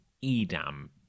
Edam